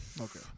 Okay